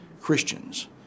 Christians